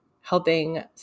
helping